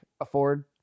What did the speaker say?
afford